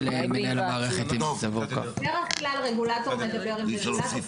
מנהל המערכת --- בדרך כלל רגולטור מדבר עם רגולטור,